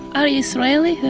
are you israeli?